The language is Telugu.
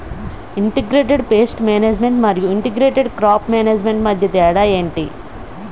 ఇంటిగ్రేటెడ్ పేస్ట్ మేనేజ్మెంట్ మరియు ఇంటిగ్రేటెడ్ క్రాప్ మేనేజ్మెంట్ మధ్య తేడా ఏంటి